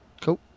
Cool